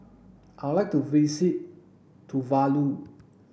I'd like to visit Tuvalu